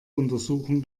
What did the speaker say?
untersuchen